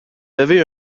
avez